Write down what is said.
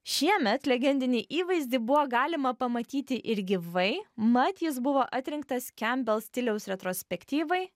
šiemet legendinį įvaizdį buvo galima pamatyti ir gyvai mat jis buvo atrinktas kembel stiliaus retrospektyvai